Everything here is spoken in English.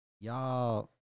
Y'all